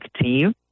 team